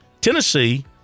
Tennessee